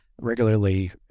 regularly